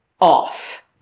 off